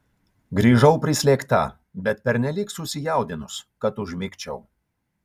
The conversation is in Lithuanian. grįžau prislėgta bet pernelyg susijaudinus kad užmigčiau